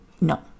No